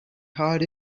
heart